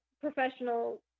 professional